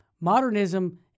modernism